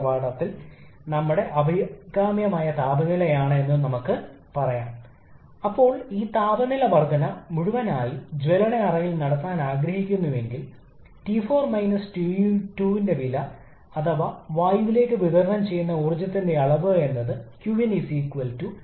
ചൂടിലെ ഏതെങ്കിലും മർദ്ദം നമ്മൾ അവഗണിക്കുകയാണെന്ന് ഇപ്പോൾ ഇവിടെ പരാമർശിക്കപ്പെടുന്നു എക്സ്ചേഞ്ചറുകൾ അതിനാൽ 2 മുതൽ 3 വരെയും 4 മുതൽ 1 വരെയും അവർ നിരന്തരമായ മർദ്ദം പിന്തുടരുന്നു അവ സ്ഥിരമാണ് സമ്മർദ്ദ പ്രക്രിയകൾ